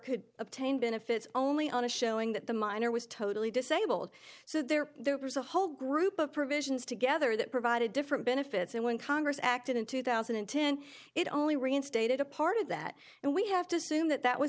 could obtain benefits only on a showing that the minor was totally disabled so there was a whole group of provisions together that provided different benefits and when congress acted in two thousand and ten it only reinstated a part of that and we have to assume that that was